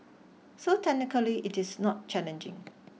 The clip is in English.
so technically it is not challenging